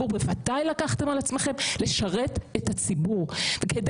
מושחת, שנועד לסאב את המערכת הציבורית עד כדי